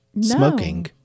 smoking